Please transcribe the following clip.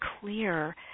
clear